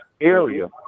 area